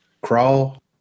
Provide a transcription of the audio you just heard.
Crawl